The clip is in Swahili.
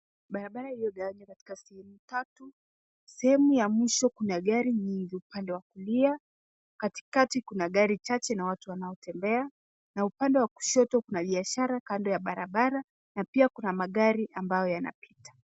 Barabara iliyogawanywa katika sehemu tatu. Sehemu ya mwisho kuna gari nyingi, upande wa kulia. Katikati, kuna gari chache na watu wanaotembea na upande wa kushoto kuna biashara kando ya barabara na pia kuna magari ambayo yanapita.